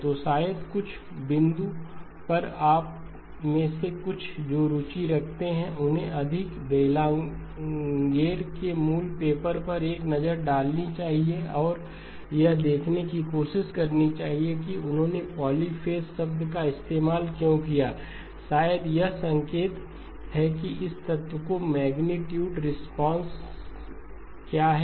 तो शायद कुछ बिंदु पर आप में से कुछ जो रुचि रखते हैं उन्हें अधिक बेलांगेर के मूल पेपर पर एक नज़र डालनी चाहिए और यह देखने की कोशिश करनी चाहिए कि उन्होंने पॉलीपेज़ शब्द का इस्तेमाल क्यों किया शायद यह संकेत है कि इस तत्व की मेग्नीट्यूड रिस्पांस क्या है